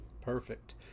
Perfect